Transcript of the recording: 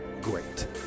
great